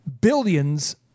billions